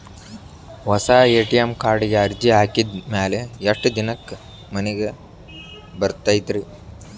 ಹೊಸಾ ಎ.ಟಿ.ಎಂ ಕಾರ್ಡಿಗೆ ಅರ್ಜಿ ಹಾಕಿದ್ ಮ್ಯಾಲೆ ಎಷ್ಟ ದಿನಕ್ಕ್ ಮನಿಗೆ ಬರತೈತ್ರಿ?